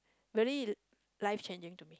very life challenging to me